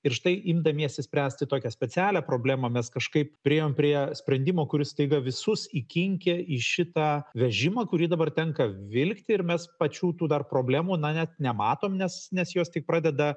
ir štai imdamiesi spręsti tokią specialią problemą mes kažkaip priėjom prie sprendimo kuris staiga visus įkinkė į šitą vežimą kurį dabar tenka vilkti ir mes pačių tų dar problemų na net nematom nes nes jos tik pradeda